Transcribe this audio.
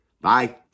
Bye